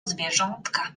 zwierzątka